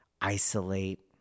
isolate